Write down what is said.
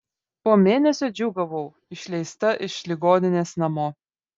po mėnesio džiūgavau išleista iš ligoninės namo